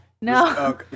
No